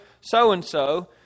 so-and-so